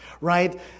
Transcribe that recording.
right